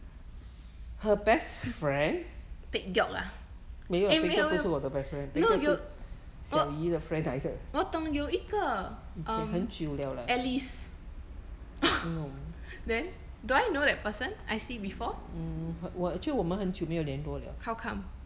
pek geok ah eh 没有没有 no 有我我懂有一个 um alice then do I know that person I see before how come